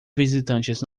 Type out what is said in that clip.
visitantes